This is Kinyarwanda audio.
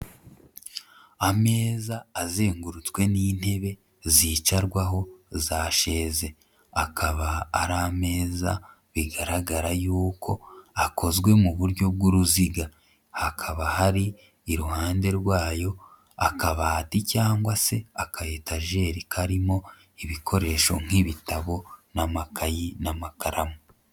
Ameza azengurutswe n'intebe zicarwaho za sheze, akaba ari ameza bigaragara yuko akozwe mu buryo bw'uruziga, hakaba hari iruhande rwayo akabati cyangwa se akayetageri karimo ibikoresho nk'ibitabo n'amakayi n'amakaramu.